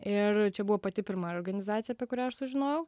ir čia buvo pati pirma organizacija apie kurią aš sužinojau